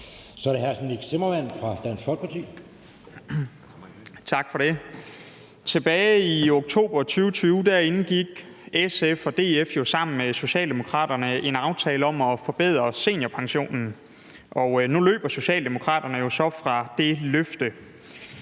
Kl. 13:35 Nick Zimmermann (DF): Tak for det. Tilbage i oktober 2020 indgik SF og DF jo sammen med Socialdemokraterne en aftale om at forbedre seniorpensionen, og nu løber Socialdemokraterne så fra det løfte.